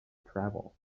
travel